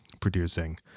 producing